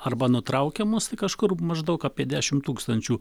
arba nutraukiamos tai kažkur maždaug apie dešimt tūkstančių